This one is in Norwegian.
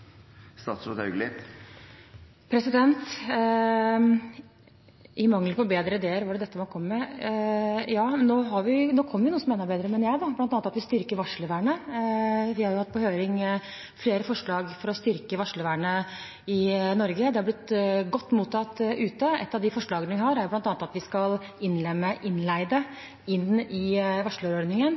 mangel på bedre ideer var det dette man kom med». Ja, nå kom vi med noe ganske mye bedre, synes jeg. Blant annet styrker vi varslervernet. Vi har på høring flere forslag for å styrke varslervernet i Norge. Det har blitt godt mottatt ute. Et av forslagene vi har, er bl.a. at vi skal innlemme innleide i varslerordningen,